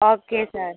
okay sir